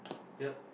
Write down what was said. yup